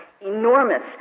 enormous